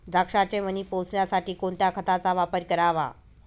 द्राक्षाचे मणी पोसण्यासाठी कोणत्या खताचा वापर करावा?